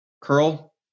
curl